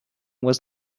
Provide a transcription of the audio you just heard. was